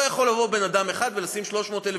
לא יכול לבוא בן-אדם אחד ולשים 300,000